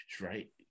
right